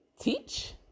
teach